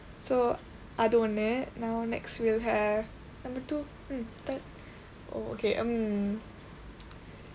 so அது ஒன்னு:athu onnu now next we'll have number two okay um